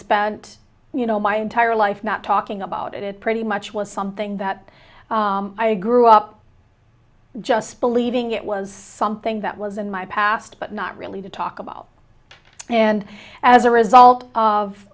spent you know my entire life not talking about it pretty much was something that i grew up just believing it was something that was in my past but not really to talk about and as a result of